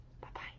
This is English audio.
Bye-bye